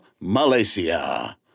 Malaysia